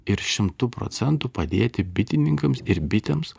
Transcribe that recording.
ir šimtu procentų padėti bitininkams ir bitėms